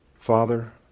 Father